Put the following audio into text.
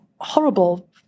horrible